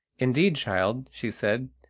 indeed, child, she said,